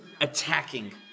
attacking